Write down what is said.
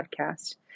podcast